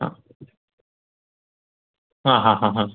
ആ ആ ആ ആ